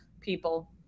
People